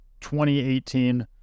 2018